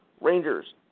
Rangers